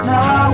Now